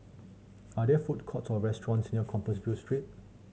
are there food courts or restaurants near Compassvale Street